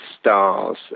stars